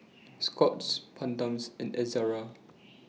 Scott's Bedpans and Ezerra